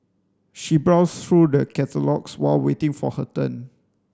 she browsed through the catalogues while waiting for her turn